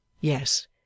yes